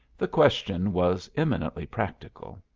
the question was eminently practical.